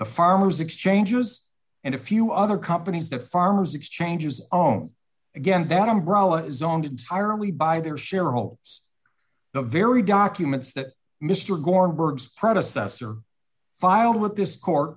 the farmers exchanges and a few other companies the farmers exchanges on again that umbrella zoned entirely by their shareholders the very documents that mr gorenberg predecessor filed with this court